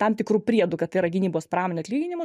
tam tikru priedu kad tai yra gynybos pramonė atlyginimus